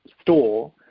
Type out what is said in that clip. store